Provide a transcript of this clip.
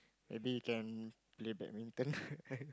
maybe you can play badminton